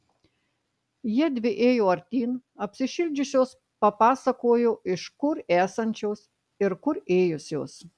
jiedvi ėjo artyn apsišildžiusios papasakojo iš kur esančios ir kur ėjusios